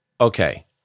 Okay